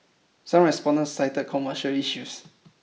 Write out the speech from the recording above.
some respondent cited commercial issues